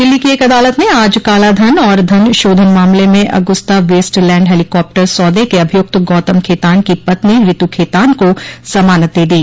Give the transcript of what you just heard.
दिल्ली की एक अदालत ने आज कालाधन और धनशोधन मामले में अगुस्ता वेस्ट लैंड हेलीकॉप्टर सौदे के अभियुक्त गौतम खेतान की पत्नी रितू खेतान को जमानत दे दी